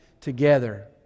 together